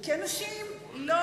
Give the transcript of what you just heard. כי אנשים לא